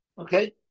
Okay